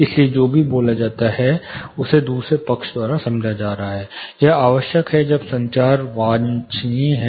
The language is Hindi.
इसलिए जो भी बोला जाता है उसे दूसरे पक्ष द्वारा समझा जा रहा है यह आवश्यक है जब संचार वांछनीय हो